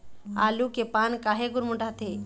आलू के पान काहे गुरमुटाथे?